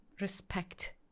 respect